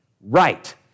Right